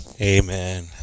amen